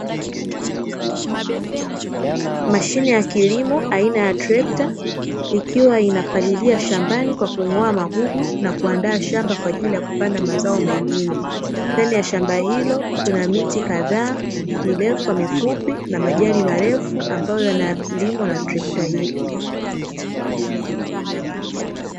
Mashine ya kilimo aina ya trekta ikiwa inapalilia shambani kwa kung'oa maguguu na kuandaa shamba kwa ajili ya kupanda mazao mengine, ndani ya shamba hilo kuna miti kadhaa mirefu na mifupi na majani marefu ambayo yanalimwa na trekta hiyo.